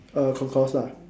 on course lah